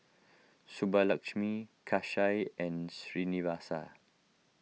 Subbulakshmi Kanshi and Srinivasa